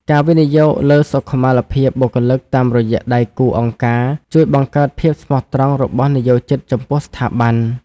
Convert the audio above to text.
ការវិនិយោគលើសុខុមាលភាពបុគ្គលិកតាមរយៈដៃគូអង្គការ ជួយបង្កើតភាពស្មោះត្រង់របស់និយោជិតចំពោះស្ថាប័ន។